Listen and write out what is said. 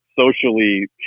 Socially